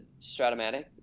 Stratomatic